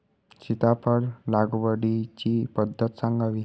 सीताफळ लागवडीची पद्धत सांगावी?